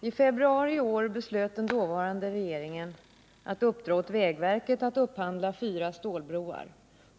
I februari beslöt den dåvarande regeringen att uppdra åt vägverket att upphandla fyra stålbroar.